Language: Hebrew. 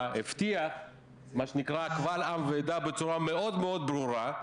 הבטיח קבל עם ועדה, בצורה מאוד מאוד ברורה,